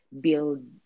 build